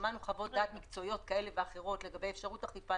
שמענו חוות דעת מקצועיות כאלה ואחרות לגבי אפשרות אכיפה.